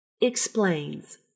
explains